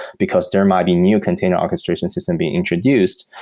because there might be new container orchestration system being introduced.